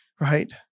right